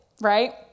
right